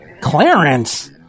Clarence